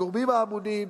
הגורמים האמונים,